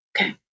Okay